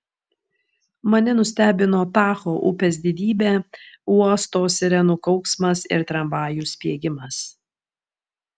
mane nustebino tacho upės didybė uosto sirenų kauksmas ir tramvajų spiegimas